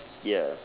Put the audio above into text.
ya